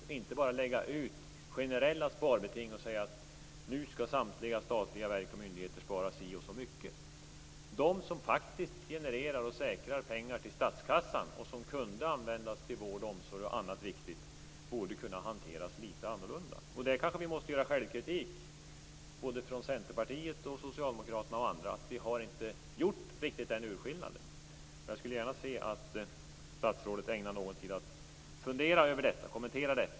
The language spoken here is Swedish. Man borde inte bara lägga ut generella sparbeting och säga att samtliga statliga verk och myndigheter skall spara si eller så mycket. De som faktiskt säkrar och genererar pengar till statskassan - pengar som kunde användas till vård, omsorg och annat viktigt - borde kunna hanteras litet annorlunda. Kanske måste vi i Centerpartiet och Socialdemokraterna och andra idka självkritik och erkänna att vi inte gjort en sådan åtskillnad. Jag skulle gärna se att statsrådet funderade över detta och kommenterade det.